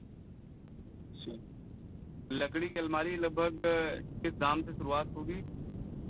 अच्छा लकड़ी के अलमारी लगभग किस दाम से शुरुआत होगी